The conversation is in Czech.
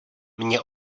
mně